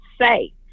say